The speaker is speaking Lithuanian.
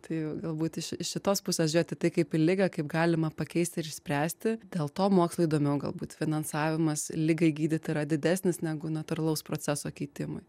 tai galbūt iš iš šitos pusės žiūrėt į tai kaip į ligą kaip galima pakeisti ir išspręsti dėl to mokslui įdomiau galbūt finansavimas ligai gydyt yra didesnis negu natūralaus proceso keitimui